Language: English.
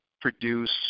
produce